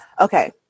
okay